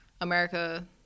America